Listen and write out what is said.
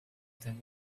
than